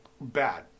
bad